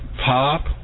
pop